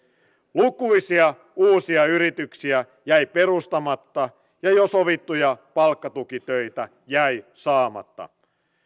lukuisia uusia yrityksiä jäi perustamatta ja jo sovittuja palkkatukitöitä jäi saamatta